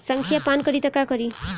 संखिया पान करी त का करी?